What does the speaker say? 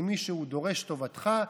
אם מישהו דורש טובתך,